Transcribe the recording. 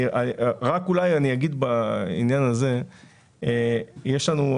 אני אגיד בעניין הזה שיש לנו,